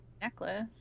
necklace